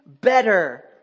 better